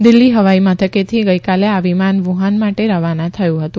દિલ્હી હવાઇ મથકેથી ગઇકાલે આ વિમાન વુહાન માટે રવાના થયું હતું